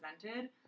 presented